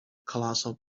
colossal